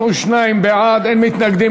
מי נגד?